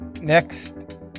Next